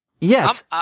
yes